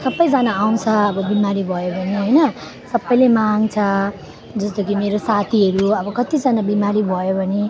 सबैजना आउँछ अब बिमारी भयो भने होइन सबैले माग्छ जस्तो कि मेरो साथीहरू अब कतिजना बिमारी भयो भने